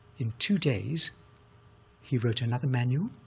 in two days he wrote another manual,